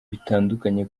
bitandukanye